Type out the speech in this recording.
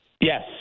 Yes